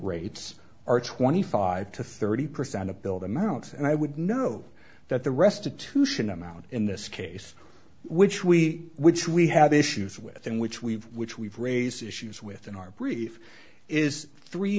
rates are twenty five to thirty percent a build amount and i would know that the restitution amount in this case which we which we have issues with and which we've which we've raised issues with in our brief is three